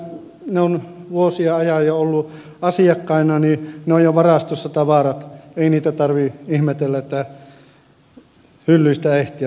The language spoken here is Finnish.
kun he ovat jo vuosien ajan olleet asiakkaina niin ne tavarat ovat jo varastossa ei niitä tarvitse hyllyistä etsiä ne ovat siellä kyllä valmiina